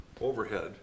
overhead